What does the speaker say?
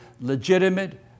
legitimate